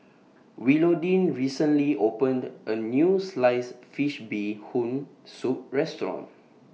Willodean recently opened A New Sliced Fish Bee Hoon Soup Restaurant